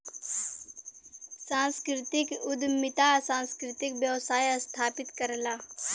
सांस्कृतिक उद्यमिता सांस्कृतिक व्यवसाय स्थापित करला